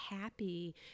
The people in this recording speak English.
happy